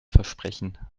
versprechen